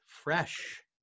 fresh